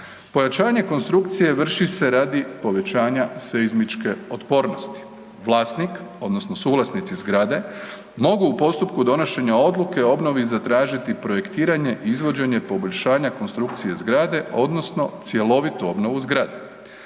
Pojačanje konstrukcije vrši se radi povećanja seizmičke otpornosti. Vlasnik, odnosno suvlasnici zgrade mogu u postupku donošenja odluke o obnovi zatražiti projektiranje i izvođenje poboljšanja konstrukcije zgrade, odnosno cjelovitu obnovu zgrade.